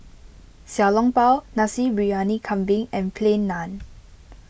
Xiao Long Bao Nasi Briyani Kambing and Plain Naan